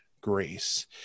grace